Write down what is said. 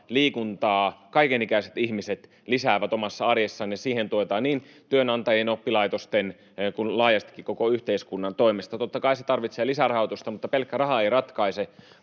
liikuntaa kaiken-ikäiset ihmiset lisäävät omassa arjessaan ja sitä tuetaan niin työnantajien, oppilaitosten kuin laajastikin koko yhteiskunnan toimesta. Totta kai se tarvitsee lisärahoitusta, mutta pelkkä raha ei ratkaise,